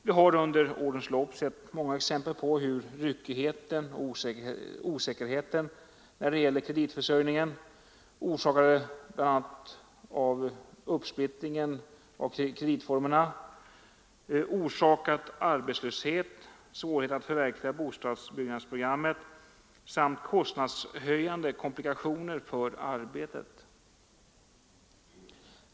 Vi har under årens lopp sett många exempel på hur ryckigheten och osäkerheten när det gällt kreditförsörjningen — orsakade av bl.a. uppsplittringen av kreditformerna — framkallat arbetslöshet, svårighet att förverkliga bostadsbyggnadsprogrammet samt kostnadshöjande komplikationer för arbetet.